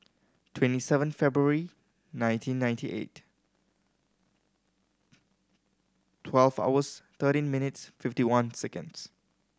twenty seven February nineteen ninety eight twelve hours thirteen minutes fifty one seconds